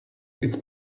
its